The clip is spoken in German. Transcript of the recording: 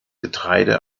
getreide